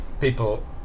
people